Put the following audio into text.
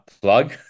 plug